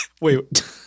Wait